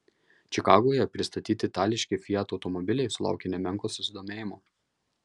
čikagoje pristatyti itališki fiat automobiliai sulaukė nemenko susidomėjimo